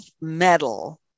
metal